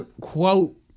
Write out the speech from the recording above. quote